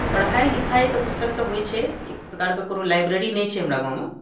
पढ़ाइ लिखाइ तऽ पुस्तकसँ होइ छै एहि प्रकारके कोनो लाइब्रेरी नहि छै हमरा गाममे